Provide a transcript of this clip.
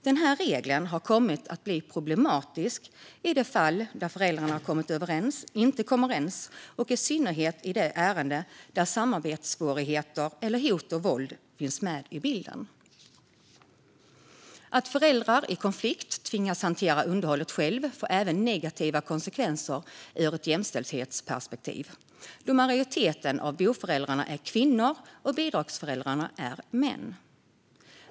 Den regeln har kommit att bli problematisk i de fall där föräldrar inte kommer överens och i synnerhet i de ärenden där samarbetssvårigheter eller hot och våld finns med i bilden. Att föräldrar i konflikt tvingas hantera underhållet själva får även negativa konsekvenser ur ett jämställdhetsperspektiv, då majoriteten av boföräldrarna är kvinnor och bidragsföräldrarna är män.